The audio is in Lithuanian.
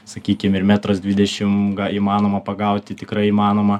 sakykim ir metras dvidešimt įmanoma pagauti tikrai įmanoma